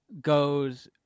goes